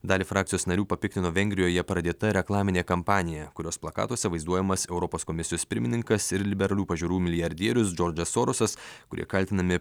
dalį frakcijos narių papiktino vengrijoje pradėta reklaminė kampanija kurios plakatuose vaizduojamas europos komisijos pirmininkas ir liberalių pažiūrų milijardierius džordžas sorošas kurie kaltinami